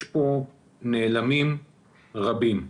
יש כאן נעלמים רבים.